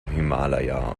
himalaya